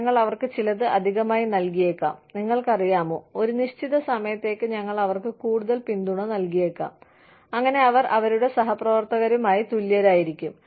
ഞങ്ങൾ അവർക്ക് ചിലത് അധികമായി നൽകിയേക്കാം നിങ്ങൾക്കറിയാമോ ഒരു നിശ്ചിത സമയത്തേക്ക് ഞങ്ങൾ അവർക്ക് കൂടുതൽ പിന്തുണ നൽകിയേക്കാം അങ്ങനെ അവർ അവരുടെ സഹപ്രവർത്തകരുമായി തുല്യരായിരിക്കും